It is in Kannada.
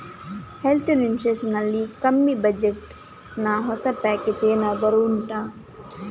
ಹೆಲ್ತ್ ಇನ್ಸೂರೆನ್ಸ್ ನಲ್ಲಿ ಕಮ್ಮಿ ಬಜೆಟ್ ನ ಹೊಸ ಪ್ಯಾಕೇಜ್ ಏನಾದರೂ ಉಂಟಾ